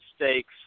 mistakes